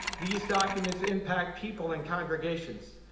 these documents impact people and congregations.